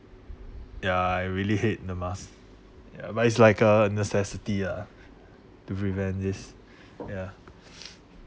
ya I really hate the mask ya but it's like a necessity ya to prevent this ya